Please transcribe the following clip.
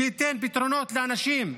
שייתן פתרונות לאנשים,